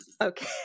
okay